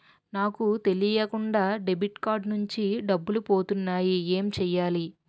నాకు తెలియకుండా debit card నుంచి డబ్బులు పోతున్నాయి ఎం చెయ్యాలి?